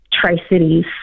Tri-Cities